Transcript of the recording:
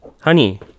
Honey